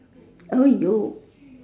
oh you